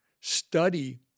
study